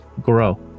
grow